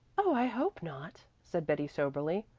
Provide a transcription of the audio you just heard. oh, i hope not, said betty soberly.